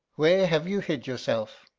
where have you hid yourself?